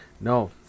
No